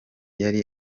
yari